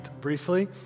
briefly